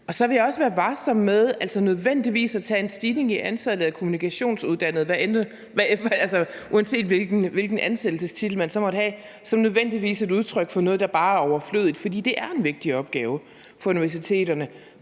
det andet også være varsom med nødvendigvis at tage en stigning i antallet af kommunikationsuddannede, uanset hvilken ansættelsestitel man så måtte have, som et udtryk for noget, der bare er overflødigt, for det er en vigtig opgave for universiteterne